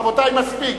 רבותי, מספיק.